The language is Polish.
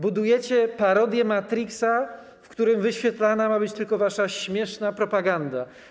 Budujecie parodię matriksa, w którym wyświetlana ma być tylko wasza śmieszna propaganda.